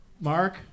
Mark